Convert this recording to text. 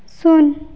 ᱥᱩᱱ